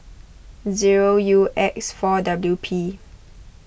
zero U X four W P